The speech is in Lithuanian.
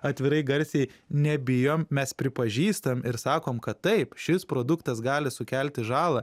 atvirai garsiai nebijom mes pripažįstam ir sakom kad taip šis produktas gali sukelti žalą